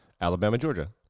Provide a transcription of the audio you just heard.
Alabama-Georgia